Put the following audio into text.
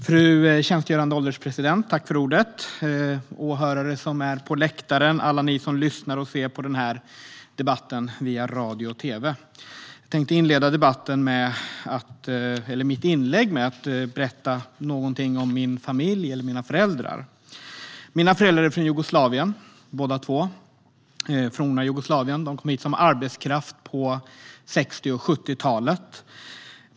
Fru ålderspresident, åhörare på läktaren och alla ni som lyssnar och ser på den här debatten via radio och tv! Jag tänkte inleda mitt inlägg med att berätta någonting om mina föräldrar. Båda mina föräldrar är från forna Jugoslavien. De kom hit som arbetskraft på 60 och 70-talet.